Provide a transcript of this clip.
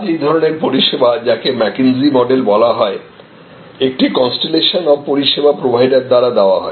আজ এই ধরনের পরিষেবা যাকে McKinsey মডেল বলা হয় একটি কন্সটেলেশন অফ পরিষেবা প্রোভাইডার দ্বারা দেওয়া হয়